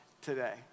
today